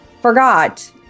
forgot